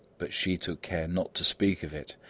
but she took care not to speak of it,